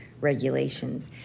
regulations